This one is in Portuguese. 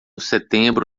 setembro